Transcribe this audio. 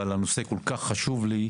אבל הנושא הזה כל כך חשוב לי.